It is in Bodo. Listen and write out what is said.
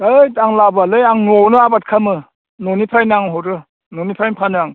ओइद आं लाबोआलै आं न'आवनो आबाद खालामो न'निफ्रायनो आं हरो न'निफ्रायनो फानो आं